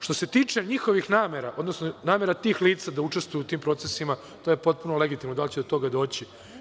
Što se tiče njihovih namera, odnosno namera tih lica da učestvuje u tim procesima, to je potpuno legitimno da li će do toga doći.